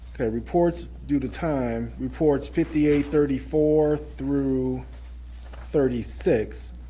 reports, due to time, reports fifty eight thirty four through thirty six,